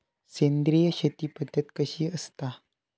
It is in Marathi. सेंद्रिय शेती पद्धत कशी असता?